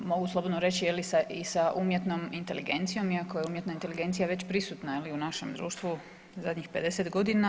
Mogu slobodno reći je li i sa umjetnom inteligencijom, iako je umjetna inteligencija već prisutna u našem društvu zadnjih 50 godina.